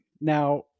Now